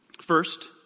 First